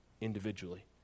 individually